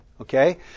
okay